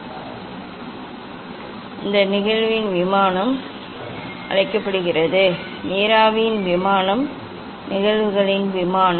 இந்த நிகழ்வின் விமானம் இது நிகழ்வின் விமானம் என்று அழைக்கப்படுகிறது நீராவியின் விமானம் நிகழ்வுகளின் விமானம்